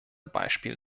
beispiel